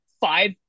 five